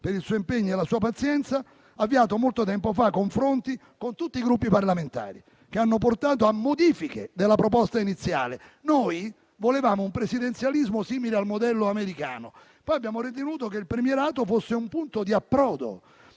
per il suo impegno e la sua pazienza, ha avviato molto tempo fa confronti con tutti i Gruppi parlamentari, che hanno portato a modifiche della proposta iniziale. Noi volevamo un presidenzialismo simile al modello americano, poi abbiamo ritenuto che il premierato fosse un punto di approdo